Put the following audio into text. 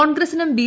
കോൺഗ്രസ്സിനും B